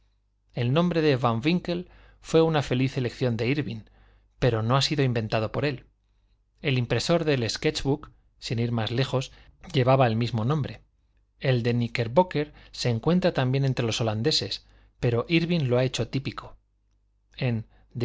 el nombre de van winkle fué una feliz elección de írving pero no ha sido inventado por él el impresor del sketch book sin ir más lejos llevaba el mismo nombre el de kníckerbocker se encuentra también entre los holandeses pero írving lo ha hecho típico en